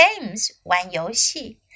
games,玩游戏